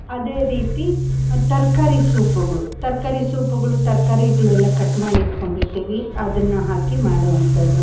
ಅದೇ ರೀತಿ ತರಕಾರಿ ಸೂಪುಗಳು ತರಕಾರಿ ಸೂಪುಗಳು ತರ್ಕಾರಿಗಳೆಲ್ಲ ಕಟ್ ಮಾಡಿ ಇಟ್ಟುಕೊಂಡಿರ್ತೀವಿ ಅದನ್ನು ಹಾಕಿ ಮಾಡೋ ಅಂಥದ್ದು